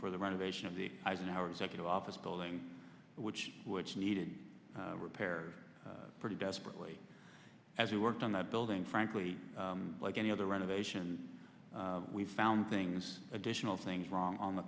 for the renovation of the eisenhower executive office building which needed repair pretty desperately as we worked on that building frankly like any other renovation we found things additional things wrong on the